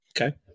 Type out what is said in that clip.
Okay